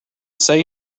say